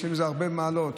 יש להם הרבה מעלות,